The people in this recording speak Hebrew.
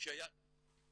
שהייתה